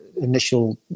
initial